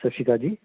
ਸਤਿ ਸ਼੍ਰੀ ਅਕਾਲ ਜੀ